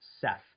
seth